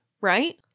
Right